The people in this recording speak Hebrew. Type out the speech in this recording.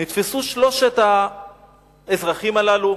נתפסו שלושת האזרחים הללו,